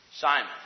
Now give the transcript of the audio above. Simon